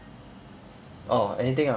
orh anything ah